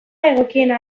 egokiena